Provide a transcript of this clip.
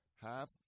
half